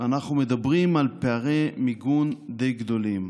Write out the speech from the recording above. אנחנו מדברים על פערי מיגון די גדולים,